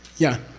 yeah,